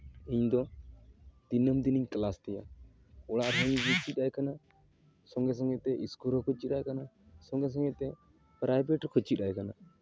ᱤᱧᱫᱚ ᱫᱤᱱᱟᱹᱢ ᱫᱤᱱᱤᱧ ᱠᱞᱟᱥ ᱛᱟᱭᱟ ᱚᱲᱟᱜ ᱨᱮᱦᱚᱸᱧ ᱪᱮᱫ ᱟᱭ ᱠᱟᱱᱟ ᱥᱚᱸᱜᱮ ᱥᱚᱸᱜᱮ ᱛᱮ ᱤᱥᱠᱩᱞ ᱨᱮᱦᱚᱸ ᱠᱚ ᱪᱮᱫ ᱟᱭ ᱠᱟᱱᱟ ᱥᱚᱸᱜᱮ ᱥᱚᱸᱜᱮ ᱛᱮ ᱯᱨᱟᱭᱵᱷᱮᱴ ᱨᱮᱠᱚ ᱪᱮᱫ ᱟᱭ ᱠᱟᱱᱟ